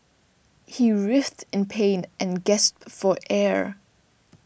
he writhed in pain and gasped for air